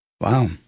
Wow